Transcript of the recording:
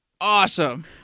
Awesome